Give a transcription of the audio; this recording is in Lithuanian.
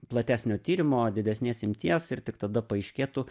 platesnio tyrimo didesnės imties ir tik tada paaiškėtų